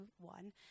one